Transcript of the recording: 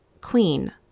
queen